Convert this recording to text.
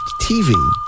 TV